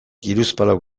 hiruzpalau